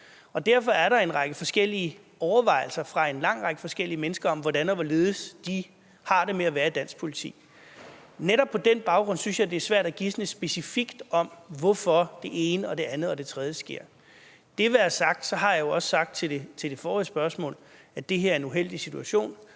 Derfor er der en række forskellige overvejelser hos en lang række forskellige mennesker om, hvordan og hvorledes de har det med at være i dansk politi. Netop på den baggrund synes jeg det er svært at gisne specifikt om, hvorfor det ene og det andet og det tredje sker. Det være sagt, så har jeg jo også svaret på det forrige spørgsmål, at det her er en uheldig situation,